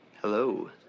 Hello